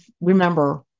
remember